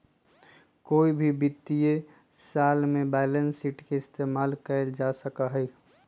कोई भी वित्तीय साल में बैलेंस शीट के इस्तेमाल कइल जा सका हई